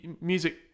music